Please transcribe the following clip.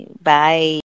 bye